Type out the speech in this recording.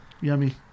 Yummy